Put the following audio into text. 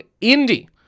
Indy